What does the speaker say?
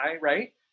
right